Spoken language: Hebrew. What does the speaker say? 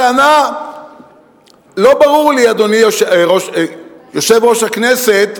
לא ברור לי, יושב-ראש הכנסת,